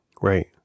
Right